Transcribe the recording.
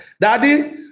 daddy